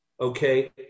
Okay